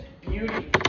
beauty